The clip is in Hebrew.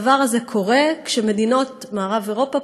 הדבר הזה קורה כשמדינות מערב-אירופה